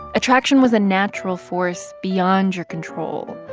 attraction was a natural force beyond your control,